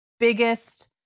Biggest